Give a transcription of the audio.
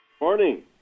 Morning